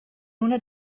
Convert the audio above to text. una